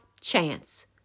chance